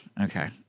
okay